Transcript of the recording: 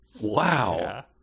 Wow